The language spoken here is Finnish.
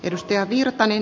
arvoisa puhemies